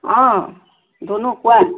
অঁ ধুনু কোৱা